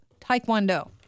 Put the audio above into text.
taekwondo